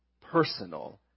personal